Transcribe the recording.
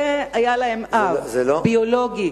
והיה להם אב ביולוגי.